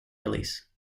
release